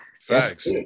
Facts